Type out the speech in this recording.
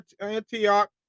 Antioch